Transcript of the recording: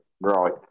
right